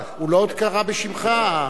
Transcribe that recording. הוא לא קרא בשמך.